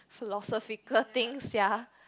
philosophical thing sia